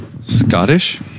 Scottish